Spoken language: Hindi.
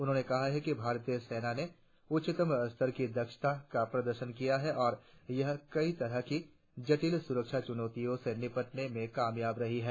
उन्होंने कहा कि भारतीय सेना ने उच्चतम स्तर की दक्षता का प्रदर्शन किया है और यह कई तरह की जटिल सुरक्षा चूनौतियों से निपटने में कामयाब रही है